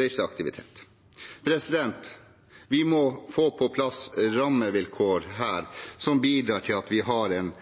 reiseaktivitet. Vi må få på plass rammevilkår her som bidrar til at vi har en